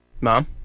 Mom